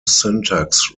syntax